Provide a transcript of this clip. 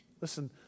Listen